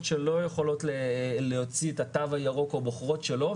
שלא יכולות להוציא את התו הירוק או בוחרות שלא,